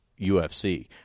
UFC